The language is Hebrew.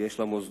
יש לה מוסדות